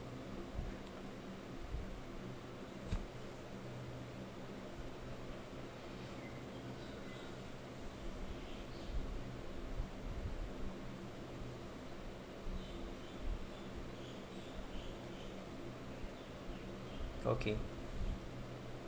okay